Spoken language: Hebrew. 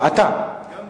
חבר